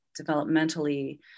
developmentally